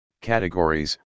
categories